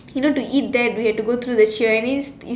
you know to eat there we have to go through the cheer and it is